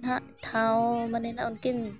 ᱱᱟᱦᱟᱸᱜ ᱴᱷᱟᱶ ᱢᱟᱱᱮ ᱱᱟᱦᱟᱸᱜ ᱩᱱᱠᱤᱱ